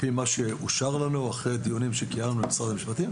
פי מה שאושר לנו אחרי דיונים שקיימנו עם משרד המשפטים,